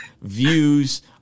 views